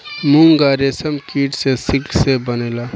मूंगा रेशम कीट से सिल्क से बनेला